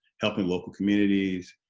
helping local communities,